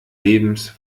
lebens